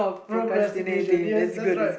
procrastination ya that's right